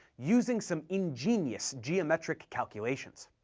using some ingenious geometric calculations.